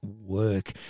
work